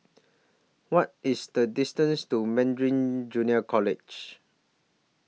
What IS The distance to Meridian Junior College